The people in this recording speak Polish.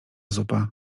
zupa